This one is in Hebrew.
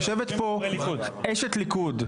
יושבת פה אשת ליכוד,